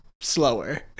slower